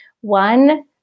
One